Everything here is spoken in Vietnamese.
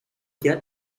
chết